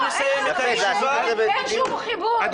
--- אין שום חיבור, אין שום חיבור.